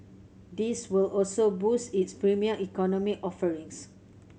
this will also boost its Premium Economy offerings